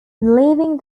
believing